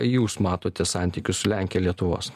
jūs matote santykius su lenkija lietuvos